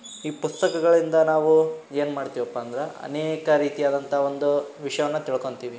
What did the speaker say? ಈ ಪುಸ್ತಕಗಳಿಂದ ನಾವು ಏನ್ಮಾಡ್ತೀವಪ್ಪ ಅಂದ್ರೆ ಅನೇಕ ರೀತಿಯಾದಂಥ ಒಂದು ವಿಷಯವನ್ನು ತಿಳ್ಕೊತೀವಿ